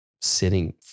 sitting